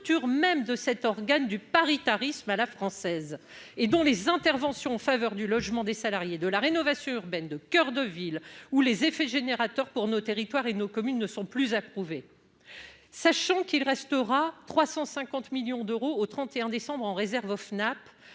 même de cet organe du paritarisme à la française et dont les interventions en faveur du logement des salariés de la rénovation urbaine de coeurs de ville où les effets générateur pour nos territoires et nos communes ne sont plus à prouver, sachant qu'il restera 350 millions d'euros au 31 décembre en réserve au FNAP